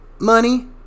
money